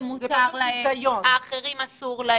לאלה מותר, לאחרים אסור,